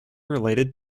related